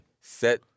set